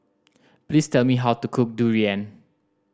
please tell me how to cook durian